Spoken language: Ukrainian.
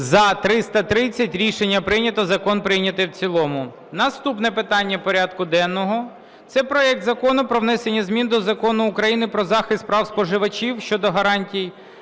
За-330 Рішення прийнято. Закон прийнятий в цілому. Наступне питання порядку денного – це проект Закону про внесення змін до Закону України "Про захист прав споживачів" (щодо гарантій